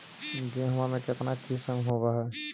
गेहूमा के कितना किसम होबै है?